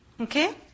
Okay